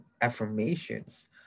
affirmations